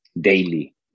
daily